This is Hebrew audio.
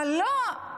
אבל לא,